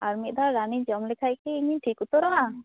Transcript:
ᱟᱨ ᱢᱤᱫ ᱫᱷᱟᱣ ᱨᱟᱱᱤᱧ ᱡᱚᱢᱞᱮᱠᱷᱟᱱ ᱠᱤ ᱤᱧᱤᱧ ᱴᱷᱤᱠ ᱩᱛᱟᱹᱨᱚᱜ ᱼᱟ